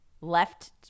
left